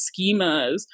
schemas